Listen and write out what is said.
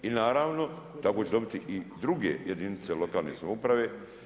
I naravno, tako će dobiti i druge jedinice lokalne samouprave.